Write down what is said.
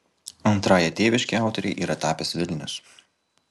antrąja tėviške autorei yra tapęs vilnius